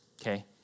okay